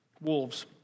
wolves